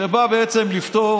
שבאה בעצם לפטור